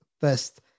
first